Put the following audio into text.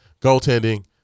goaltending